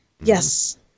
Yes